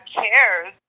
cares